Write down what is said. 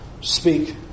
speak